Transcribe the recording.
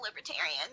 Libertarian